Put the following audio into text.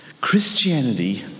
Christianity